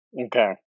Okay